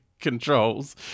controls